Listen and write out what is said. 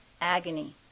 agony